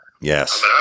Yes